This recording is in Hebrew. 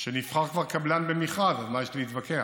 נבחר קבלן במכרז, אז מה יש להתווכח?